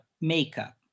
makeup